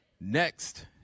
next